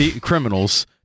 criminals